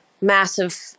massive